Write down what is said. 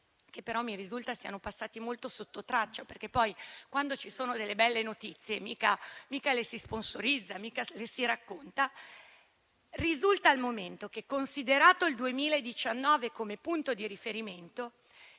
che però mi risulta siano passati molto sottotraccia, perché quando ci sono delle belle notizie mica le si sponsorizzano o si raccontano - risulta al momento che, considerato il 2019 come punto di riferimento,